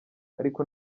ariko